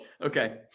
Okay